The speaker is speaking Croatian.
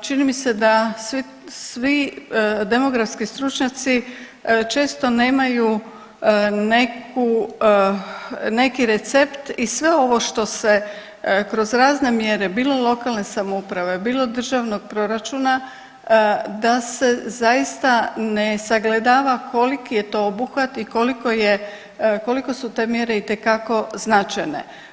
čini mi se da svi demografski stručnjaci nemaju neku, neki recept i sve ovo što se kroz razne mjere bilo lokalne samouprave bilo državnog proračuna da se zaista ne sagledava koliki je to obuhvat i koliko je, koliko su te mjere itekako značajne.